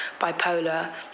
bipolar